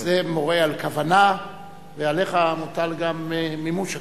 זה מורה על כוונה ועליך מוטל גם מימוש הכוונה.